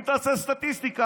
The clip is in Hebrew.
אם תעשה סטטיסטיקה,